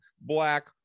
black